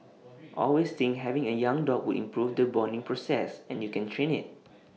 always think having A young dog would improve the bonding process and you can train IT